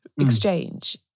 exchange